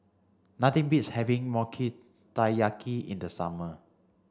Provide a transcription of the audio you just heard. nothing beats having Taiyaki in the summer